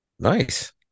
Nice